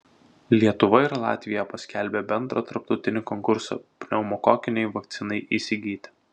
lietuva ir latvija paskelbė bendrą tarptautinį konkursą pneumokokinei vakcinai įsigyti